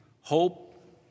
Hope